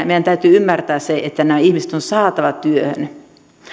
meidän täytyy ymmärtää se että nämä ihmiset on saatava työhön